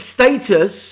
status